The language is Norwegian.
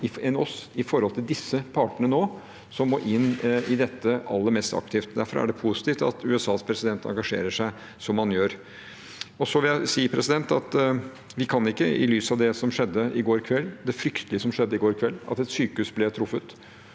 enn oss i forhold til disse partene nå som må inn i dette aller mest aktivt. Derfor er det positivt at USAs president engasjerer seg som han gjør. Så vil jeg si at jeg kan ikke som statsminister i lys av det fryktelige som skjedde i går kveld, at et sykehus ble truffet